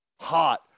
hot